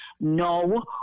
no